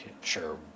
sure